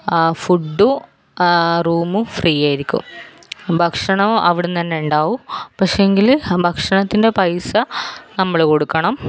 ഫുഡും റൂമും ഫ്രീയായിരിക്കും ഭക്ഷണവും അവിടെന്നന്നെ ഉണ്ടാവും പക്ഷേങ്കിൽ ഭക്ഷണത്തിൻ്റെ പൈസ നമ്മൾ കൊടുക്കണം